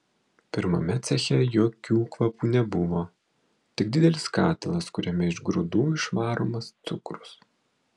pirmame ceche jokių kvapų nebuvo tik didelis katilas kuriame iš grūdų išvaromas cukrus